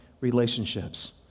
relationships